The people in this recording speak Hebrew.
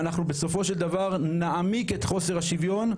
אם אנחנו בסופו של דבר נעמיק את חוסר השוויון,